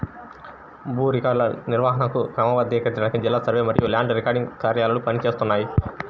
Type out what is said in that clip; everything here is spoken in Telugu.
భూ రికార్డుల నిర్వహణను క్రమబద్ధీకరించడానికి జిల్లా సర్వే మరియు ల్యాండ్ రికార్డ్స్ కార్యాలయాలు పని చేస్తున్నాయి